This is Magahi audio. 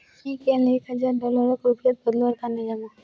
मी कैल एक हजार डॉलरक रुपयात बदलवार तने जामु